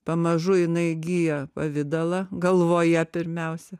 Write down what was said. pamažu jinai įgyja pavidalą galvoje pirmiausia